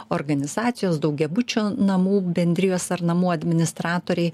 organizacijos daugiabučio namų bendrijos ar namų administratoriai